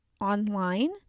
online